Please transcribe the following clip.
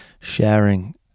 sharing